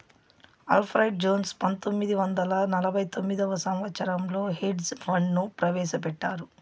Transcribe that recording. Alfred Jones పంతొమ్మిది వందల నలభై తొమ్మిదవ సంవచ్చరంలో హెడ్జ్ ఫండ్ ను ప్రవేశపెట్టారు